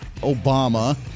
Obama